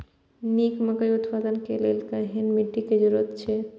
निक मकई उत्पादन के लेल केहेन मिट्टी के जरूरी छे?